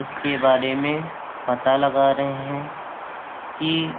اس کے بارے میں پتہ لگا رہے ہیں کہ